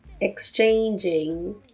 exchanging